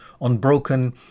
unbroken